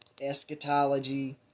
eschatology